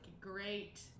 great